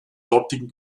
dortigen